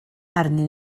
arnyn